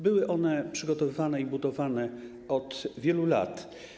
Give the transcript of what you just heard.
Były one przygotowywane i budowane od wielu lat.